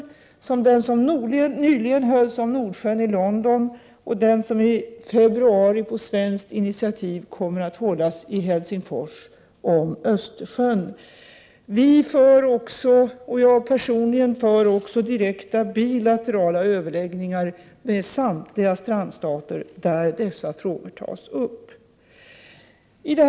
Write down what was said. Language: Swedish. Exempel är den konferens om Nordsjön som nyligen hölls i London och den om Östersjön som i februari på svenskt initiativ kommer att hållas i Helsingfors. Vi för också — och jag personligen för — direkta bilaterala överläggningar med samtliga strandstater, där dessa frågor tas upp. Herr talman!